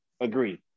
agree